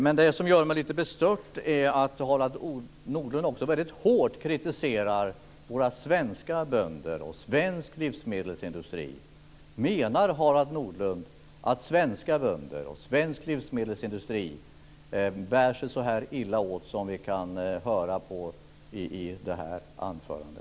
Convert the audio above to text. Men det som gör mig lite bestört är att Harald Nordlund också väldigt hårt kritiserar våra svenska bönder och svensk livsmedelsindustri. Menar Harald Nordlund att svenska bönder och svensk livsmedelsindustri bär sig så illa ut som det framkom i detta anförande?